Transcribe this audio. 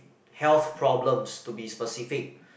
health problems to be specific